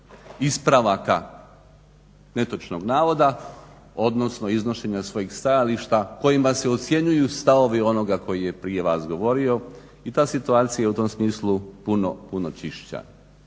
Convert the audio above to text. ispravaka netočnog navoda, odnosno iznošenja svojih stajališta kojima se ocjenjuju stavovi onoga koji je prije vas govorio. I ta situacija u tom smislu je puno čišća.